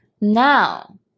now